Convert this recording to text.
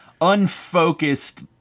unfocused